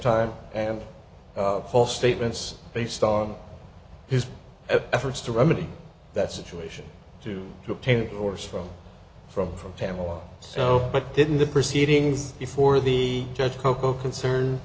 time and false statements based on his efforts to remedy that situation to to obtain course from from from pamela so but didn't the proceedings before the judge koko concern